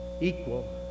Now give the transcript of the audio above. equal